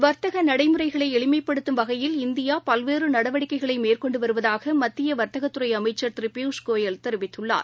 வர்த்தகநடைமுறைகளைஎளிமைப்படுத்தும் வகையில் இந்தியாபல்வேறுநடவடிக்கைகளைமேற்கொண்டுவருவதாகமத்தியவர்த்தகத்துறை அமைச்சர் திருபியூஷ் கோயல் தெரிவித்துள்ளார்